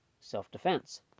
self-defense